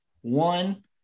one